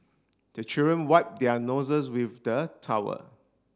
the children wipe their noses with the towel